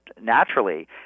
naturally